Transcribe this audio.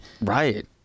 right